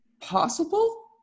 possible